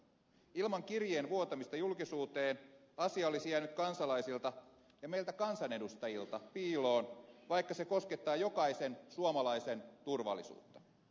ilman kirjeen vuotamista julkisuuteen asia olisi jäänyt kansalaisilta ja meiltä kansanedustajilta piiloon vaikka se koskettaa jokaisen suomalaisen turvallisuutta